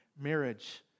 Marriage